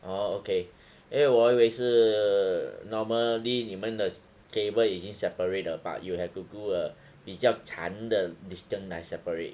orh okay 因为我以为是 normally 你们的 table 已经 separate 了 but you have to do a 比较长的 distance 来 separate